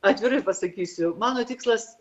atvirai pasakysiu mano tikslas